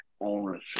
ownership